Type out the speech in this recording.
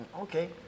Okay